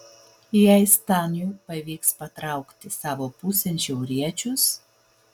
jei staniui pavyks patraukti savo pusėn šiauriečius